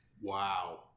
Wow